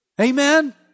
Amen